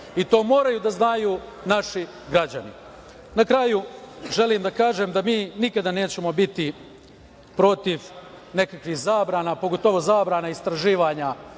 i to moraju da znaju naši građani. Na kraju želim da kažem da mi nikada nećemo biti proti nekakvih zabrana, pogotovo zabrana istraživanja,